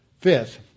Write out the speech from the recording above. Fifth